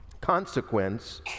consequence